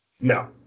No